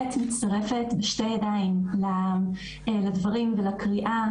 כמובן לסטודנטים במכללות ובאוניברסיטאות בלימודי הוראה,